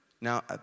Now